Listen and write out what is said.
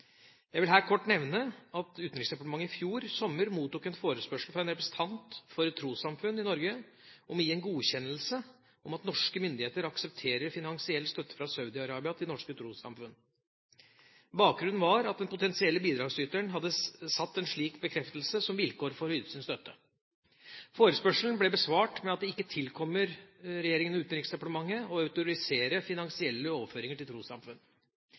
Jeg vil her kort nevne at Utenriksdepartementet i fjor sommer mottok en forespørsel fra en representant for et trossamfunn i Norge om å gi en godkjennelse til at norske myndigheter aksepterer finansiell støtte fra Saudi-Arabia til norske trossamfunn. Bakgrunnen var at den potensielle bidragsyteren hadde satt en slik bekreftelse som vilkår for å yte sin støtte. Forespørselen ble besvart med at det ikke tilkommer regjeringa og Utenriksdepartementet å autorisere finansielle overføringer til trossamfunn.